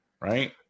right